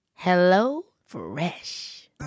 HelloFresh